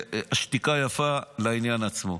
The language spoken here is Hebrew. השתיקה יפה לעניין עצמו.